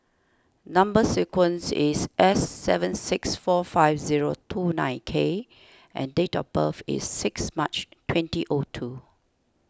Number Sequence is S seven six four five zero two nine K and date of birth is six March twenty O two